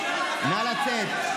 חברת הכנסת מירון, קריאה שלישית, נא לצאת.